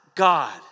God